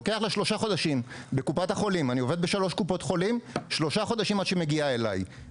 לוקח לה שלושה חודשים עד שהיא מגיעה אליי דרך קופות החולים.